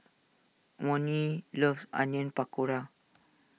Monnie loves Onion Pakora